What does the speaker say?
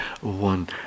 one